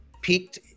Peaked